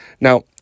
Now